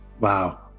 wow